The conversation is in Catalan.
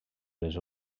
les